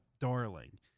darling